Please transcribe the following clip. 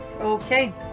Okay